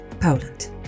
Poland